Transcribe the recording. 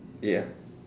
ya